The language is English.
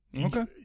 Okay